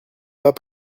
pas